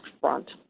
front